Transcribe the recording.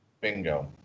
Bingo